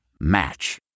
Match